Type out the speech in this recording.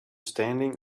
standing